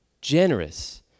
Generous